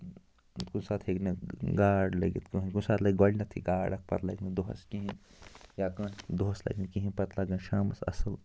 کُنہِ ساتہٕ ہیٚکہِ نہٕ گاڈ لٔگِتھ کٕہٕنۍ کُنہِ ساتہٕ لَگہِ گۄڈٕنٮ۪تھ گاڈ اَتھ پَتہٕ لَگہِ نہٕ دۄہَس کِہیٖنۍ یا کانٛہہ دۄہَس لَگہِ نہٕ کِہیٖنۍ پَتہٕ لَگہِ شامَس اَصٕل